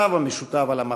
רב המשותף על המפריד.